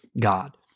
God